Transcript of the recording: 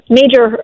major